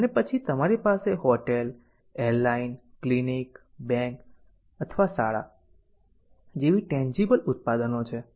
અને પછી તમારી પાસે હોટેલ એરલાઇન ક્લિનિક બેંક અથવા શાળા જેવી ટેન્જીબલ ઉત્પાદન છે